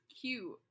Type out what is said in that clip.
cute